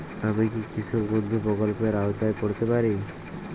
আমি কি কৃষক বন্ধু প্রকল্পের আওতায় পড়তে পারি?